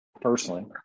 personally